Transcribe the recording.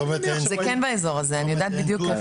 זה כן באזור הזה, אני יודעת בדיוק איפה.